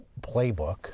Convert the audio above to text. playbook